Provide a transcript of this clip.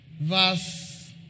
verse